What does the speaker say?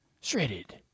Shredded